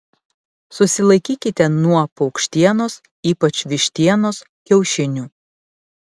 susilaikykite nuo paukštienos ypač vištienos kiaušinių